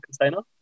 container